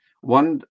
one